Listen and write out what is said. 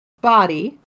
body